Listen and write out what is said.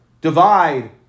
divide